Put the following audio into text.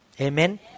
Amen